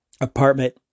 apartment